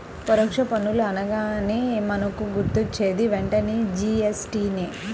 పరోక్ష పన్నులు అనగానే మనకు గుర్తొచ్చేది వెంటనే జీ.ఎస్.టి నే